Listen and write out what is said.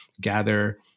gather